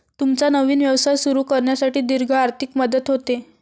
तुमचा नवीन व्यवसाय सुरू करण्यासाठी दीर्घ आर्थिक मदत होते